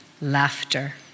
laughter